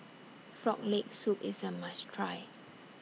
Frog Leg Soup IS A must Try